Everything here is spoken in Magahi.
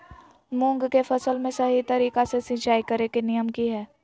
मूंग के फसल में सही तरीका से सिंचाई करें के नियम की हय?